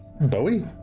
Bowie